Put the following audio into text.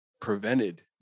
prevented